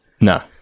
No